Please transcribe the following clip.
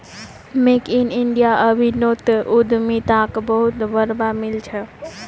make in India अभियानोत उद्यमिताक बहुत बढ़ावा मिल छ